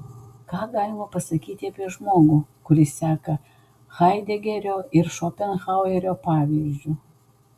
ką galima pasakyti apie žmogų kuris seka haidegerio ir šopenhauerio pavyzdžiu